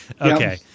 Okay